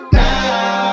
now